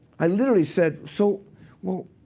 i literally said, so well